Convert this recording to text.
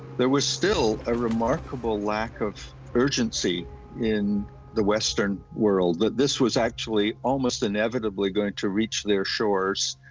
there was still a remarkable lack of urgency in the western world. that this was actually almost inevitably going to reach their shores,